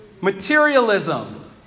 materialism